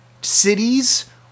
cities